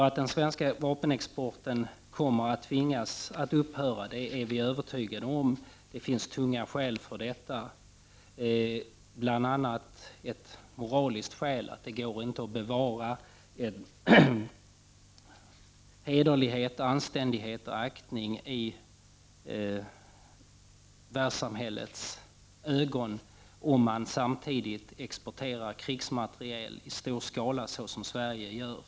Att den svenska vapenexporten kommer att tvingas att upphöra är vi övertygade om. Det finns tunga skäl som talar för detta. Bl.a. ett moraliskt skäl: det går inte att bevara hederlighet, anständighet och aktning i världssamhällets ögon om man samtidigt exporterar krigsmateriel i stor skala såsom Sverige gör.